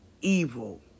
evil